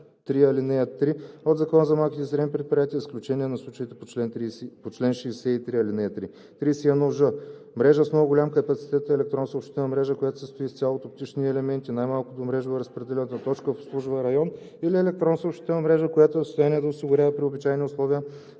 3 от Закона за малките и средните предприятия, с изключение на случаите по чл. 63, ал. 3. 31ж. „Мрежа с много голям капацитет“ е електронна съобщителна мрежа, която се състои изцяло от оптични елементи най-малко до мрежова разпределителна точка в обслужван район, или електронна съобщителна мрежа, която е в състояние да осигурява при обичайни условия